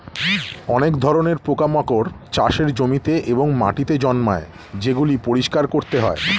অনেক ধরণের পোকামাকড় চাষের জমিতে এবং মাটিতে জন্মায় যেগুলি পরিষ্কার করতে হয়